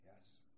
yes